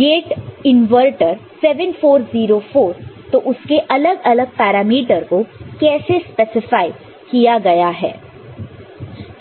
gate inverter 7404 तो उसके अलग अलग पैरामीटर को कैसे स्पेसिफ़ाइ किया गया है